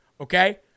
okay